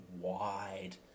wide